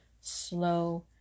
slow